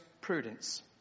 prudence